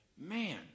man